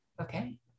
Okay